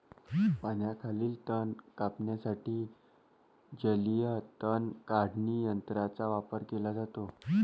पाण्याखालील तण कापण्यासाठी जलीय तण काढणी यंत्राचा वापर केला जातो